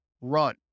Run